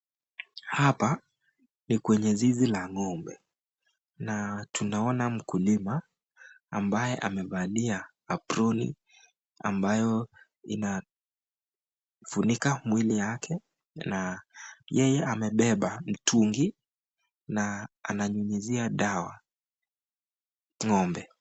Hapa ni kwenye zizi la ng'ombe na tunaona mkulima ambaye amevalia aproni ambayo inafunika mwili yake na yeye amebeba mtungi na ananyunyizia dawa ng'ombe.